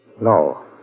No